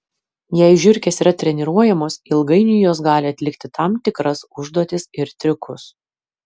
jei žiurkės yra treniruojamos ilgainiui jos gali atlikti tam tikras užduotis ir triukus